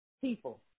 people